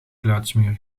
geluidsmuur